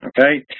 okay